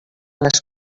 les